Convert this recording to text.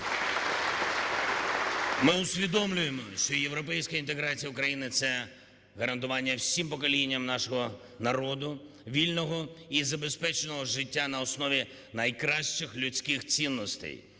Ми усвідомлюємо, що європейська інтеграція України – це гарантування всім поколінням нашого народу вільного і забезпеченого життя на основі найкращих людських цінностей.